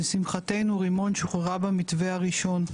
לשמחתנו רימון שוחררה במתווה הראשון,